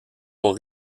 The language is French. pour